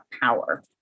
power